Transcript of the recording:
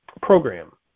program